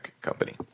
company